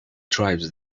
tribes